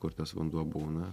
kur tas vanduo būna